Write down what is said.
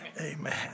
amen